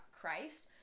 Christ